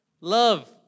love